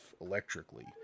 electrically